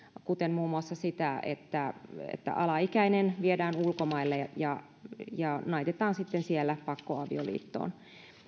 kuten muun muassa sitä että että alaikäinen viedään ulkomaille ja ja naitetaan siellä pakkoavioliittoon